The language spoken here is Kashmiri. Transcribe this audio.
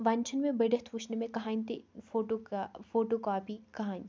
وۄنۍ چھِنہٕ مےٚ بٔڑِتھ وُچھنہٕ مےٚ کٕہٲنۍ تہِ فوٗٹوٗ کا فوٗٹوٗ کاپی کٔہٲنۍ